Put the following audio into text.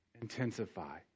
intensify